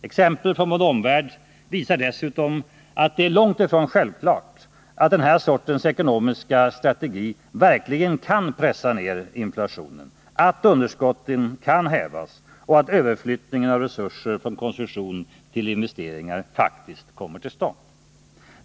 Exempel från vår omvärld visar dessutom att det är långt ifrån självklart att den här sortens ekonomiska strategi verkligen kan pressa ner inflationen, att underskotten kan hävas och att överflyttningen av resurser från konsumtion tillinvesteringar faktiskt kommer till stånd.